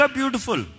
beautiful